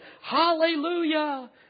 Hallelujah